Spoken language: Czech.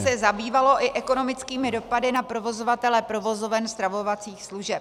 se zabývalo i ekonomickými dopady na provozovatele provozoven stravovacích služeb.